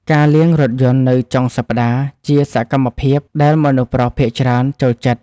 ការលាងរថយន្តនៅចុងសប្តាហ៍ ជាសកម្មភាពដែលមនុស្សប្រុសភាគច្រើនចូលចិត្ត។